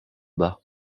bas